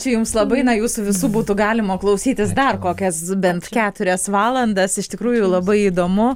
čia jums labai na jūsų visų būtų galima klausytis dar kokias bent keturias valandas iš tikrųjų labai įdomu